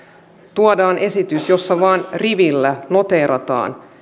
tuodaan esitys jossa vain rivillä noteerataan